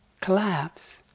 collapse